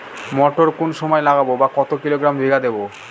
মটর কোন সময় লাগাবো বা কতো কিলোগ্রাম বিঘা দেবো?